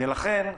לכן,